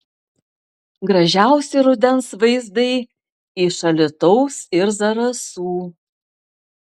gražiausi rudens vaizdai iš alytaus ir zarasų